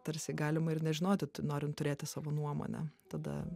tarsi galima ir nežinoti tu norin turėti savo nuomonę tada